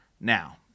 Now